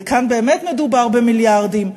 וכאן באמת מדובר במיליארדים,